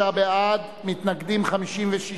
43 בעד, מתנגדים, 56,